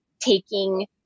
taking